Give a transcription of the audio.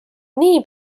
nii